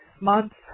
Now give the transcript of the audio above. months